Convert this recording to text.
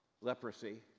leprosy